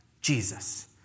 Jesus